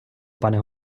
пане